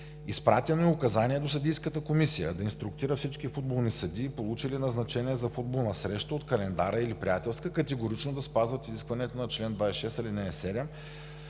Изпратено е указание до Съдийската комисия да инструктира всички футболни съдии, получили назначение за футболна среща от календара или приятелска, категорично да спазват изискванията на чл. 26, ал. 7